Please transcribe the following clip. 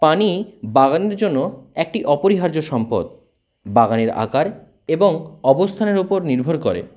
পানি বাগানের জন্য একটি অপরিহার্য সম্পদ বাগানের আকার এবং অবস্থানের ওপর নির্ভর করে